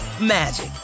magic